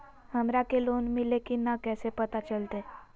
हमरा के लोन मिल्ले की न कैसे पता चलते?